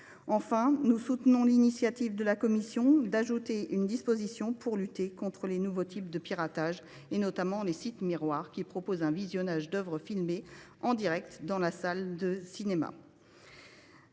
Enfin, nous soutenons l’initiative de la commission d’ajouter une disposition pour lutter contre les nouveaux types de piratage, notamment les sites miroirs qui proposent un visionnage des œuvres filmées en direct dans les salles de cinéma.